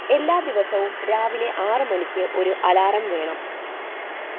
എല്ലാ ദിവസവും രാവിലെ ആറ് മണിക്ക് ഒരു അലാറം വേണം